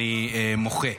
אני מוחה.